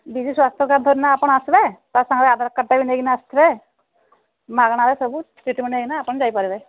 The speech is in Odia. ବିଜୁ ସ୍ୱାସ୍ଥ୍ୟ କାର୍ଡ଼ ଧରିକି ନା ଆପଣ ଆସିବେ ତା ସାଙ୍ଗରେ ଆଧାର କାର୍ଡ଼ଟା ବି ନେଇକିନା ଆସିଥିବେ ମାଗଣାାରେ ସବୁ ଟ୍ରିଟମେଣ୍ଟ ହେଇକିନା ଆପଣ ଯାଇ ପାରିବେ